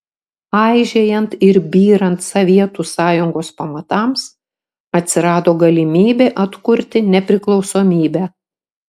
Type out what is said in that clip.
aižėjant ir byrant sovietų sąjungos pamatams atsirado galimybė atkurti nepriklausomybę